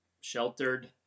sheltered